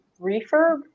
refurb